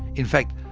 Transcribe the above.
in fact,